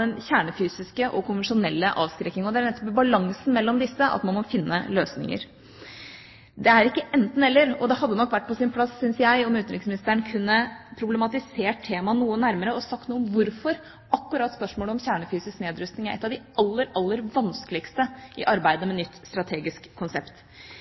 den kjernefysiske og konvensjonelle avskrekking, og det er nettopp i balansen mellom disse at man må finne løsninger. Det er ikke enten–eller, og det hadde nok vært på sin plass, syns jeg, om utenriksministeren kunne problematisert temaet noe nærmere, og sagt noe om hvorfor akkurat spørsmålet om kjernefysisk nedrustning er et av de aller vanskeligste i arbeidet med nytt strategisk konsept.